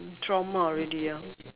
in trauma already ya